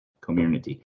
community